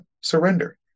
surrender